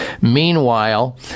meanwhile